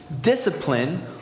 discipline